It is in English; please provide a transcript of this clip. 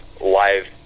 live